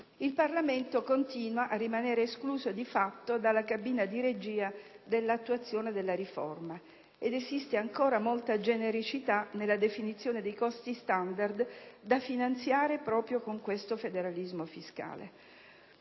Il Parlamento continua ad essere escluso di fatto dalla cabina di regia di attuazione della riforma ed esiste ancora molta genericità nella definizione dei costi standard da finanziare proprio con questo federalismo fiscale.